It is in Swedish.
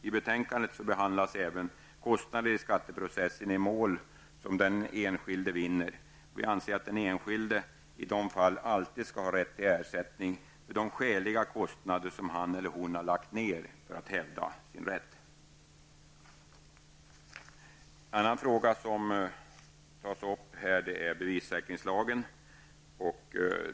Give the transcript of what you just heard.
I betänkandet behandlas även kostnader i skatteprocesser i mål som den enskilde vinner. Vi anser att den enskilde i de fallen alltid skall ha rätt till ersättning för de skäliga kostnader som han eller hon har lagt ner för att hävda sin rätt. En annan fråga som tas upp är bevissäkringslagen.